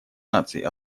наций